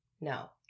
No